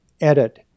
edit